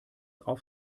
auf